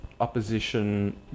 opposition